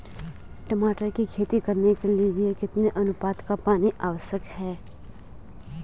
टमाटर की खेती करने के लिए कितने अनुपात का पानी आवश्यक है?